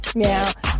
meow